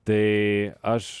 tai aš